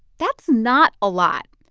that's not a lot.